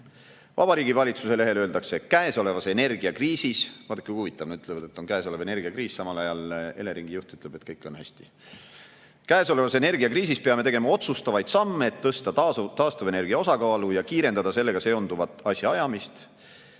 Vabariigi Valitsuse lehel öeldakse: "Käesolevas energiakriisis…" Vaadake, huvitav, nad ütlevad, et on käesolev energiakriis, samal ajal Eleringi juht ütleb, et kõik on hästi. "Käesolevas energiakriisis peame tegema otsustavaid samme, et tõsta taastuvenergia osakaalu ja kiirendada sellega seonduvat asjaajamist."